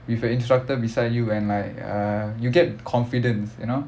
with a instructor beside you and like uh you get confidence you know